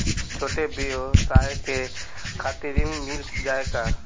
छोट ब्योसाय के खातिर ऋण मिल जाए का?